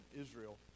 Israel